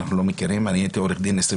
אנחנו לא מכירים אני הייתי עורך דין 25,